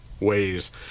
ways